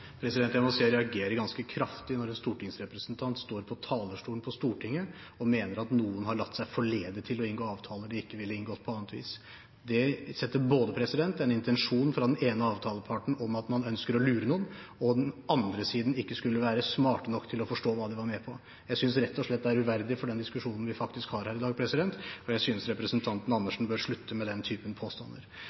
Jeg må si at jeg reagerer ganske kraftig når en stortingsrepresentant står på talerstolen på Stortinget og mener at noen har latt seg forlede til å inngå avtaler de ikke ville inngått på annet vis. Det antyder både en intensjon fra den ene avtaleparten om at man ønsker å lure noen, og at den andre siden ikke skulle være smarte nok til å forstå hva de er med på. Jeg synes rett og slett det er uverdig for den diskusjonen vi har her i dag, og jeg synes representanten Andersen bør slutte med den typen påstander.